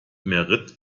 merit